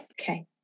Okay